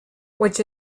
which